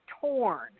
torn